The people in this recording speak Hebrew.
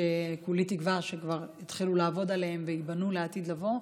שכולי תקווה שכבר יתחילו לעבוד עליהן וייבנו לעתיד לבוא,